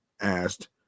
asked